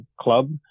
club